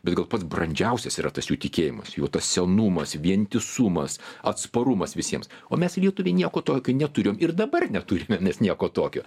bet gal pats brandžiausias yra tas jų tikėjimas jų tas senumas vientisumas atsparumas visiems o mes lietuviai nieko tokio neturim ir dabar neturime nes nieko tokio